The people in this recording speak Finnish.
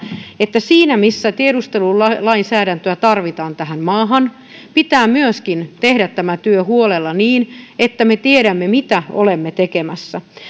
että siinä missä tiedustelulainsäädäntöä tarvitaan tähän maahan pitää myöskin tehdä tämä työ huolella niin että me tiedämme mitä olemme tekemässä